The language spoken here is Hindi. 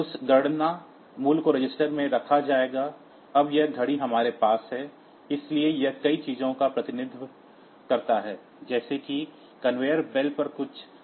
उस गणना मूल्य को रजिस्टर में रखा जाएगा अब यह घड़ी हमारे पास है इसलिए यह कई चीजों का प्रतिनिधित्व करता है जैसे कि कन्वेयर बेल्ट पर कुछ आइटम गुजर रहे हैं